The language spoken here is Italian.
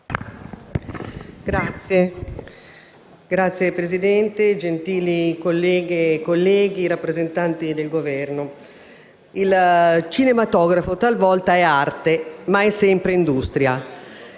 *(PD)*. Signor Presidente, gentili colleghe e colleghi, rappresentanti del Governo, il cinematografo talvolta è arte ma è sempre industria.